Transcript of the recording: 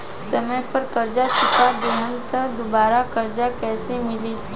समय पर कर्जा चुका दहम त दुबाराकर्जा कइसे मिली?